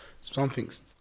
Something's